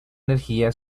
energía